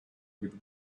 with